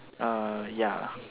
ya